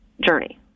journey